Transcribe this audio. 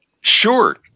Sure